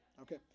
Okay